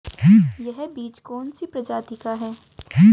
यह बीज कौन सी प्रजाति का है?